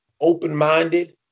open-minded